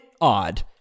odd